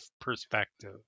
perspective